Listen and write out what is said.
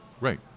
Right